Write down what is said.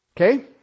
Okay